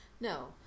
no